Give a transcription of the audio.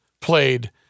played